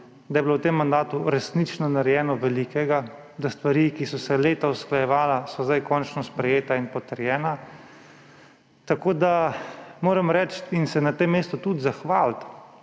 da je bilo v tem mandatu resnično narejenega veliko, da so stvari, ki so se leta usklajevale, sedaj končno sprejete in potrjene. Tako da moram reči in se na tem mestu tudi zahvaliti